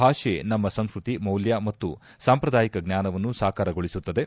ಭಾಷೆ ನಮ್ಮ ಸಂಸ್ಟತಿ ಮೌಲ್ಯ ಮತ್ತು ಸಾಂಪ್ರದಾಯಿಕ ಜ್ಞಾನವನ್ನು ಸಾಕಾರಗೊಳಿಸುತ್ತದೆ